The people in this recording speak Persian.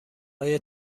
های